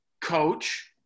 coach